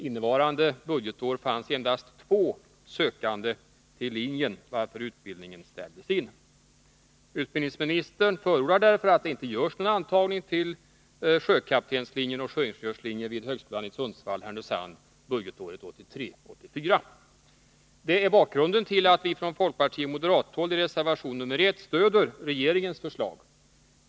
Innevarande budgetår fanns endast två sökande till linjen, varför utbildningen ställdes in. Utbildningsministern förordar därför att det inte görs någon antagning till sjökaptenslinjen och sjöingenjörslinjen vid högskolan i Sundsvall 84. Detta är bakgrunden till att vi från folkpartioch moderathåll i reservation nr 1 stöder regeringens förslag.